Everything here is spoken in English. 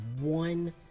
one